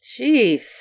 Jeez